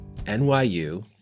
NYU